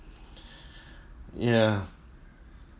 ya